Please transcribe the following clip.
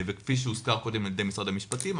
וכפי שהוזכר קודם על ידי משרד המשפטים,